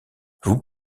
vous